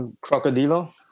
Crocodile